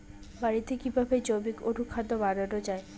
বাড়িতে কিভাবে জৈবিক অনুখাদ্য বানানো যায়?